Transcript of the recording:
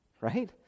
right